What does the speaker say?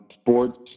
sports